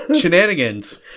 Shenanigans